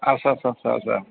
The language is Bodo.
आदसा